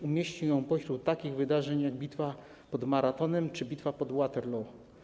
Umieścił ją pośród takich wydarzeń jak bitwa pod Maratonem czy bitwa pod Waterloo.